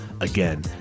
Again